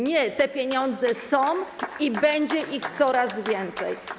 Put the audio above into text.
Nie, te pieniądze są i będzie ich coraz więcej.